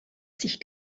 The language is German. sich